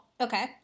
okay